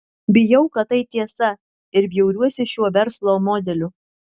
bijau kad tai tiesa ir bjauriuosi šiuo verslo modeliu